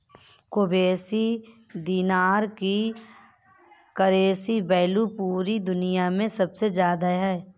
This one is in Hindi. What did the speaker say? कुवैती दीनार की करेंसी वैल्यू पूरी दुनिया मे सबसे ज्यादा है